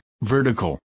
vertical